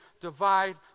divide